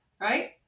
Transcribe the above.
right